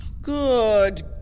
Good